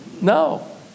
No